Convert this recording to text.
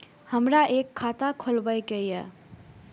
हमरा एक खाता खोलाबई के ये?